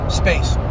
space